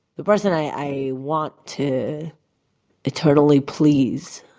the person i want to eternally please,